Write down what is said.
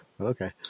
Okay